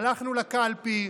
הלכנו לקלפי,